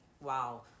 wow